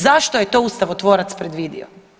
Zašto je to ustavotvorac predvidio?